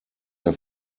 der